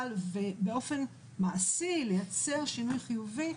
בכלל ולארגוני החברה האזרחית ובאופן מעשי לייצר שינוי חיובי,